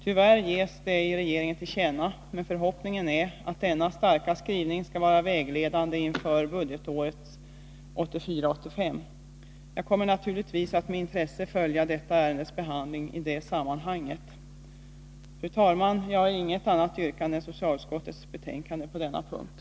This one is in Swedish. Tyvärr ges det ej regeringen till känna, men förhoppningen är att denna starka skrivning skall vara vägledande inför budgetåret 1984/85. Jag kommer naturligtvis att med intresse följa detta ärendes behandling i det sammanhanget. Fru talman! Jag har inget annat yrkande än bifall till socialutskottets hemställan på denna punkt.